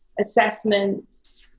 assessments